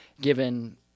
given